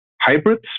hybrids